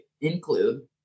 include